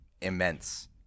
immense